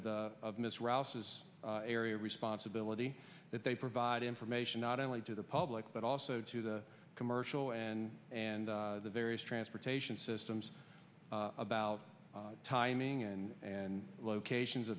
of the of ms rouses area responsibility that they provide information not only to the public but also to the commercial and and the various transportation systems about timing and and locations